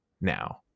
now